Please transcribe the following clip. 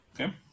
Okay